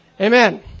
Amen